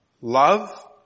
love